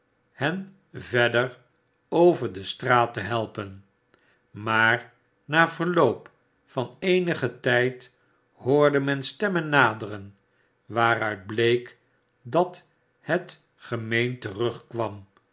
hen verder over de straat te helpen maar na verloop van eenigen tijd hoorde men stemmen naderen waaruit bleek dat het gemeen